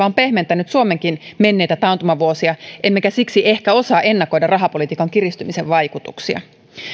on pehmentänyt suomenkin menneitä taantumavuosia emmekä siksi ehkä osaa ennakoida rahapolitiikan kiristymisen vaikutuksia